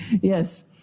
yes